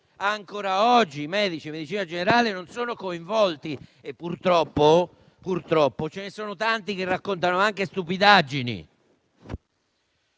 Ancora oggi i medici di medicina generale non sono coinvolti e purtroppo ce ne sono tanti che raccontano stupidaggini.